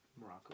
Morocco